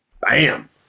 Bam